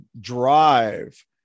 drive